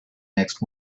next